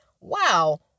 wow